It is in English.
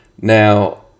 Now